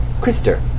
Krister